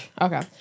Okay